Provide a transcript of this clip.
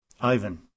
Ivan